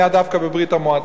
היו דווקא בברית-המועצות.